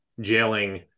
jailing